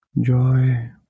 Joy